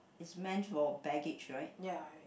is meant for baggage right